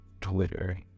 Twitter